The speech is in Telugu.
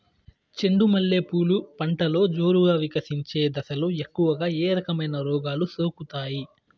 చెండు మల్లె పూలు పంటలో జోరుగా వికసించే దశలో ఎక్కువగా ఏ రకమైన రోగాలు సోకుతాయి?